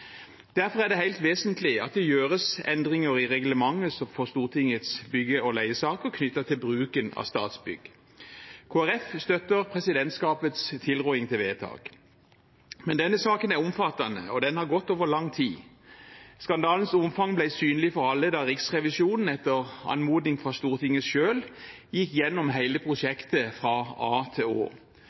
Derfor er det helt vesentlig at det gjøres endringer i reglementet for Stortingets bygge- og leiesaker knyttet til bruken av Statsbygg. Kristelig Folkeparti støtter presidentskapets tilråding til vedtak. Denne saken er omfattende og har gått over lang tid. Skandalens omfang ble synlig for alle da Riksrevisjonen, etter anmodning fra Stortinget selv, gikk gjennom hele prosjektet fra a til